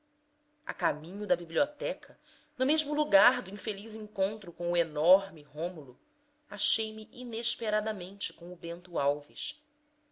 a caminho da biblioteca no mesmo lagar do infeliz encontro com o enorme rômulo acheime inesperadamente com o bento alves